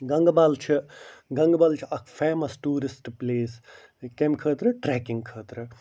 گنٛگبل چھِ گنٛگبل چھِ اکھ فٮ۪مس ٹوٗرسٹ پٕلیس یہِ کَمہِ خٲطرٕ ٹرٛٮ۪کِنٛگ خٲطرٕ